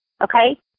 Okay